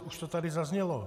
Už to tady zaznělo.